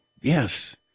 yes